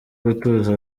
gutuza